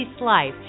life